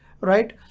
right